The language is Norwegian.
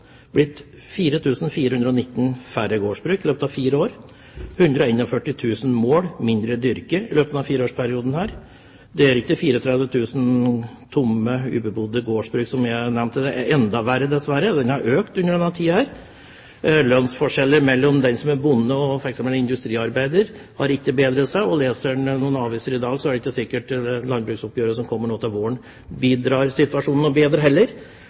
blitt 4 419 færre gårdsbruk og 141 000 mål mindre dyrket. Det er ikke 34 000 tomme, ubebodde gårdsbruk, som jeg nevnte – det er enda verre, dessverre. Det har økt i denne tiden. Lønnsforskjellen mellom en bonde og f.eks. en industriarbeider har ikke bedret seg, og leser man noen aviser i dag, vil man kunne se at det er heller ikke sikkert at landbruksoppgjøret som kommer nå til våren,